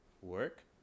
Work